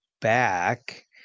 back